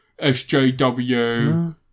SJW